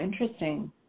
interesting